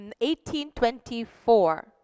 1824